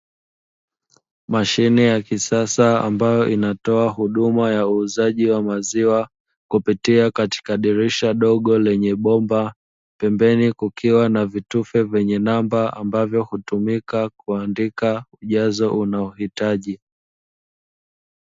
Mashine ya kisasa ambayo inatoa huduma ya uuzaji wa maziwa kupitia katika dirisha dogo lenye bomba, pembeni kukiwa na vitufe vyenye namba ambavyo hutumika kuandika ujazo unaohitaji.